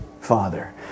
father